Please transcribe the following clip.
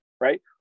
right